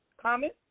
comment